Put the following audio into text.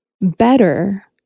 better